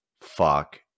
Fuck